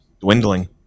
dwindling